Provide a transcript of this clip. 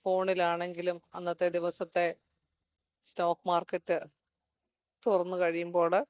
ഫോണിലാണെങ്കിലും അന്നത്തെ ദിവസത്തെ stock market തുറന്നു കഴിയുമ്പോൾ